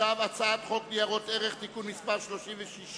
58) (העברת תלונה מדיון משמעתי לבית-דין צבאי),